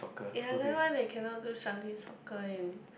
ya that one they cannot do Shaolin soccer in